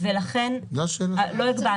לא הגבלנו.